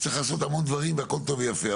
צריך לעשות המון דברים והכל טוב ויפה.